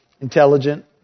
intelligent